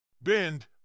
Bend